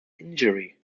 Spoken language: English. injury